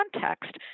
context